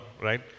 right